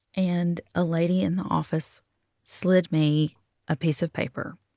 and a lady in the office slid me a piece of paper.